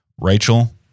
Rachel